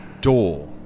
door